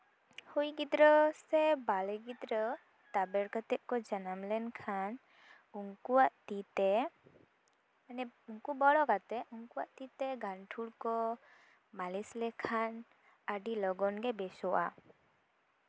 ᱦᱩᱭ ᱜᱤᱫᱽᱨᱟᱹ ᱥᱮ ᱵᱟᱞᱮ ᱜᱤᱫᱽᱨᱟᱹ ᱛᱟᱵᱮᱨ ᱠᱟᱛᱮᱜ ᱠᱚ ᱡᱟᱱᱟᱢ ᱞᱮᱱᱠᱷᱟᱱ ᱩᱱᱠᱩᱣᱟᱜ ᱛᱤ ᱛᱮ ᱢᱟᱱᱮ ᱩᱱᱠᱩ ᱵᱚᱲᱚ ᱠᱟᱛᱮᱜ ᱩᱱᱠᱩᱣᱟᱜ ᱛᱤᱛᱮ ᱜᱩᱱᱴᱷᱩᱲ ᱠᱚ ᱢᱟᱞᱤᱥ ᱞᱮᱠᱷᱟᱱ ᱟᱹᱰᱤ ᱞᱚᱜᱚᱱ ᱜᱮ ᱵᱮᱥᱚᱜᱼᱟ